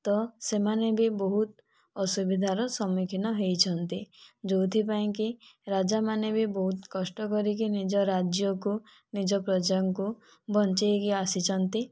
ତ ସେମାନେ ବି ବହୁତ ଅସୁବିଧାର ସମ୍ମୁଖୀନ ହୋଇଛନ୍ତି ଯଉଁଥିପାଇଁ କି ରାଜା ମାନେ ବି ବହୁତ କଷ୍ଟ କରିକି ନିଜ ରାଜ୍ୟକୁ ନିଜ ପ୍ରଜାଙ୍କୁ ବଞ୍ଚେଇକି ଆସିଛନ୍ତି